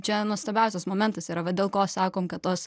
čia nuostabiausias momentas yra va dėl ko sakom kad tos